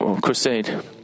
crusade